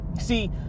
see